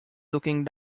looking